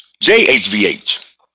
J-H-V-H